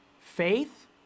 Faith